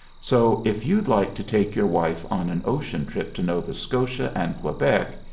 so, if you'd like to take your wife on an ocean trip to nova scotia and quebec,